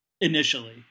initially